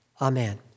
Amen